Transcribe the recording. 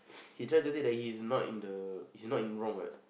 he tried to say the he's not in the he's not in wrong what